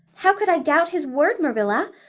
how could i doubt his word, marilla?